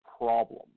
problem